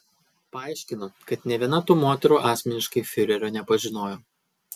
paaiškinu kad nė viena tų moterų asmeniškai fiurerio nepažinojo